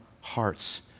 hearts